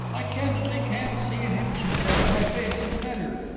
i candidly can't see an inch in front of my face in the matter.